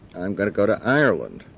i'm going to go to ireland.